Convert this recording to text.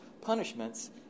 punishments